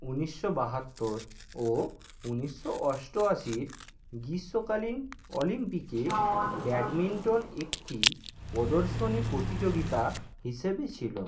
উনিশশো বাহাত্তর ও উনিশশো অষ্ট আশির গীষ্মকালীন অলিম্পিকে ব্যাডমিন্টন একটি প্রদর্শনী প্রতিযোগিতা হিসেবে ছিল